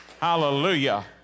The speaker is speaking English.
Hallelujah